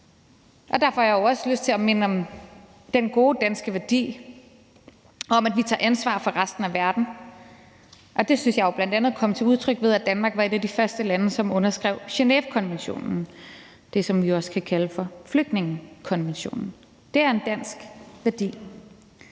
Derfor har jeg jo også lyst til at minde om den gode danske værdi om, at vi tager ansvar for resten af verden. Det synes jeg bl.a. kom til udtryk ved, at Danmark var et af de første lande som underskrev Genèvekonventionen, som vi også kan kalde for flygtningekonventionen. Det er en dansk værdi.